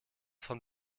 von